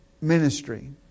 ministry